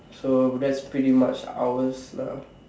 so that's pretty much ours lah